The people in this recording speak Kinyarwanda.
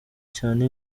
cyane